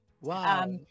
Wow